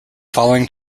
following